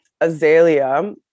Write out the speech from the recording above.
azalea